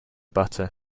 butter